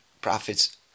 prophets